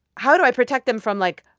how do i protect them from, like,